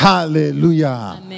Hallelujah